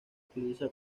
utiliza